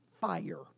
fire